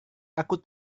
aku